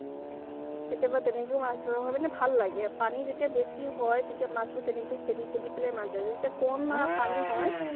কেতিয়াবা তেনেকেও মাছ ধৰা হয় মানে ভাল লাগে পানী যেতিয়া বেছি হয় তেতিয়া মাছবোৰ তেনেকে খেদি খেদি পেলাই মাছ ধৰে যেতিয়া কম পানী হয়